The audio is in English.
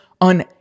on